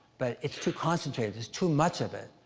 but it's too concentrated, there's too much of it.